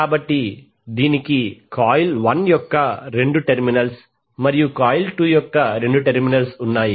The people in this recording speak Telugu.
కాబట్టి దీనికి కాయిల్ 1 యొక్క రెండు టెర్మినల్స్ మరియు కాయిల్ 2 యొక్క రెండు టెర్మినల్స్ ఉన్నాయి